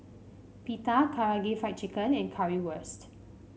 Pita Karaage Fried Chicken and Currywurst